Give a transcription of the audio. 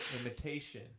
imitation